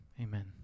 amen